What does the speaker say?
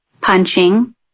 punching